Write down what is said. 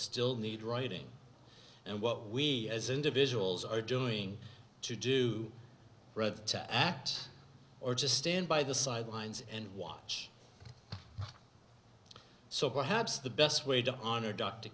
still need writing and what we as individuals are doing to do right to act or just stand by the sidelines and watch so perhaps the best way to honor d